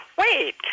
wait